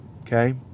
Okay